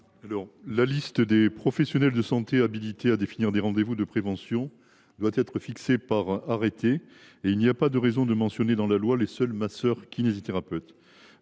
? La liste des professionnels de santé habilités à réaliser un rendez vous de prévention doit être fixée par arrêté, et il n’y a pas de raison de mentionner dans la loi les seuls masseurs kinésithérapeutes.